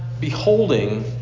beholding